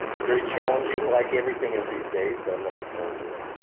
very challenging, like everything is these days, but i'm looking forward to it.